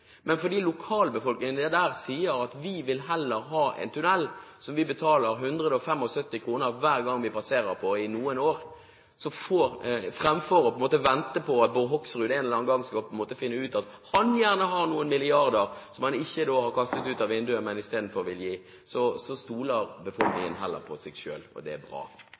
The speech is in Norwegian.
Men lokalbefolkningen der sier at de vil heller ha en tunnel som de betaler 175 kr for hver gang de passerer, i noen år, fremfor å vente på at Bård Hoksrud en eller annen gang skal finne ut at han har noen milliarder som han ikke har kastet ut av vinduet, men som han i stedet vil gi. Befolkningen stoler heller på seg selv, og det er bra.